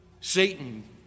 Satan